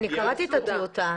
קראתי את הטיוטה.